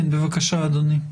בבקשה, אדוני.